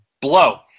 Blow